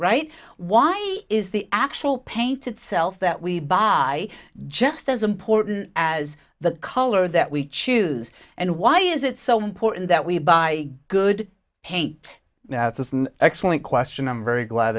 right why is the actual painted self that we buy just as important as the color that we choose and why is it so important that we buy good hate now that's an excellent question i'm very glad